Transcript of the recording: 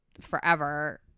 forever